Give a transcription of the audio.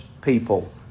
people